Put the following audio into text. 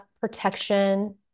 protection